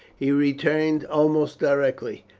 he returned almost directly.